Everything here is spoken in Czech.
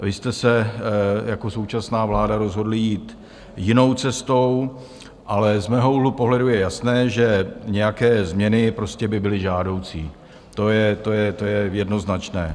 Vy jste se jako současná vláda rozhodli jít jinou cestou, ale z mého úhlu pohledu je jasné, že nějaké změny prostě by byly žádoucí, to je jednoznačné.